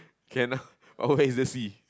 can ah but where is the sea